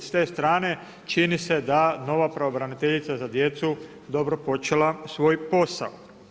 S te strane, čini se da nova pravobraniteljica za djecu, dobro počela svoj posao.